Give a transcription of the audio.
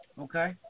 okay